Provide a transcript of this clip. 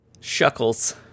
Shuckles